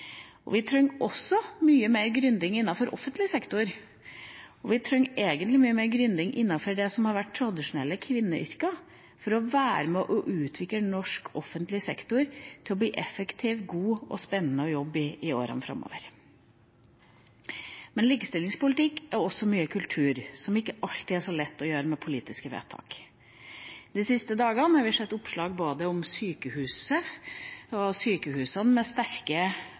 Vi trenger også mye mer «gründing» innenfor offentlig sektor. Vi trenger egentlig mye mer «gründing» innenfor det som har vært tradisjonelle kvinneyrker, for å være med og utvikle norsk offentlig sektor til å bli effektiv, god og spennende å jobbe i i årene framover. Men likestillingspolitikk er også mye kultur, som det ikke alltid er så lett å gjøre politiske vedtak om. De siste dagene har vi sett oppslag om sykehus med sterke